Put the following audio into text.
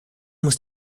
muss